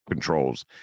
controls